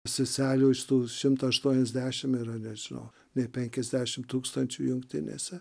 seselių iš tų šimto aštuoniasdešimr yra nežinau nei penkiasdešimt tūkstančių jungtinėse